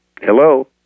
Hello